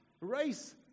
race